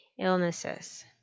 illnesses